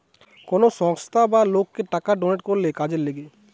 কোন সংস্থা বা লোককে টাকা ডোনেট করলে কাজের লিগে